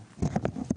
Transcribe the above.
טוב.